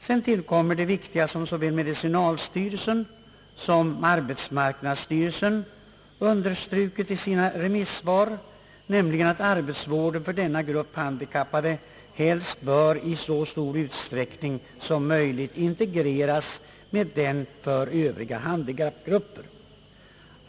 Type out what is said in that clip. Sedan tillkommer det viktiga, som såväl medicinalstyrelsen som arbetsmarknadsstyrelsen understrukit i sina remissvar, nämligen att arbetsvården för denna grupp handikappade helst bör i så stor utsträckning som möjligt integreras med den för övriga handikappgrupper.